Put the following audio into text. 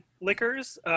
Liquors